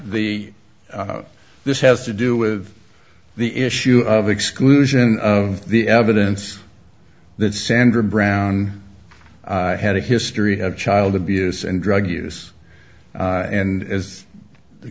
the this has to do with the issue of exclusion of the evidence that sandra brown had a history have child abuse and drug use and as the